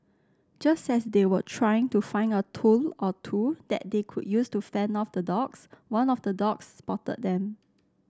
just as they were trying to find a tool or two that they could use to fend off the dogs one of the dogs spotted them